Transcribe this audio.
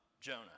Jonah